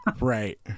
Right